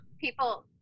People